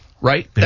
Right